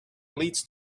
leads